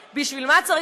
בעצם מה את רוצה?